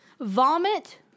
Vomit